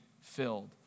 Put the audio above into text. filled